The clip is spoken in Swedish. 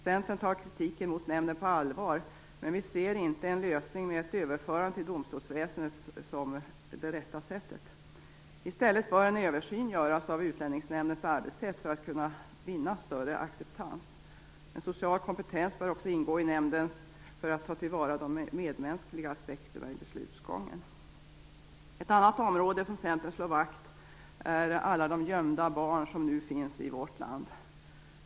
Centern tar kritiken mot nämnden på allvar, men vi ser inte en lösning med ett överförande till domstolsväsendet som det rätta sättet. I stället bör en översyn göras av Utlänningsnämndens arbetssätt för att kunna vinna större acceptans. En social kompetens bör också ingå i nämnden för att värna de medmänskliga aspekterna i beslutsgången. Ett annat område som Centern slår vakt om är alla de gömda barn som nu finns i vårt land.